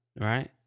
right